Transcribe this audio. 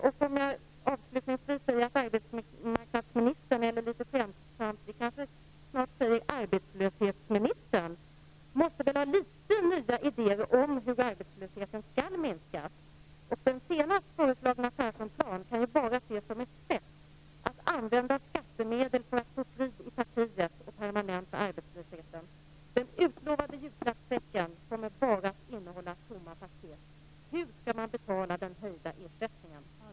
Avslutningsvis vill jag säga att arbetsmarknadsministern - snart kan vi kanske litet skämtsamt säga arbetslöshetsministern - väl måste ha litet nya idéer om hur arbetslösheten skall minskas. Den senast föreslagna Perssonplanen kan ju bara ses som ett sätt att använda skattemedel till att få frid i partiet och att permanenta arbetslösheten. Den utlovade julklappssäcken kommer bara att innehålla tomma paket. Hur skall man betala den höjda ersättningen?